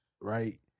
right